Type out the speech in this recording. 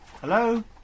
Hello